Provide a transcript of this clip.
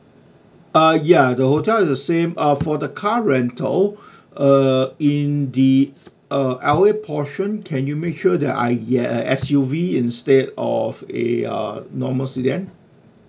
ah ya the hotels are the same uh for the car rental uh in the uh L_A portion can you make sure that I get a S_U_V instead of a uh a normal C T A